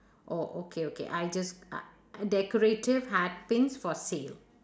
oh okay okay I just ha~ decorative hat pins for sale